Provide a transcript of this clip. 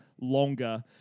longer